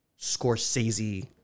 Scorsese